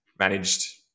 managed